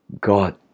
God